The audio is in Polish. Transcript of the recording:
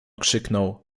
krzyknął